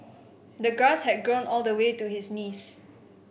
the grass had grown all the way to his knees